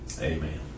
Amen